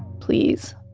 please.